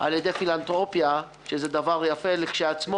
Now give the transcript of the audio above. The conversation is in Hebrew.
או גננת אתה לא מוצא אותה אחר כך,